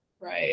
Right